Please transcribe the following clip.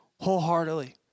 wholeheartedly